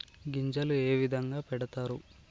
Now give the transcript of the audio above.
గింజలు ఏ విధంగా పెడతారు?